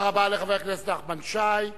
תודה רבה לחברה כנסת נחמן שי.